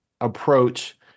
approach